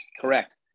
Correct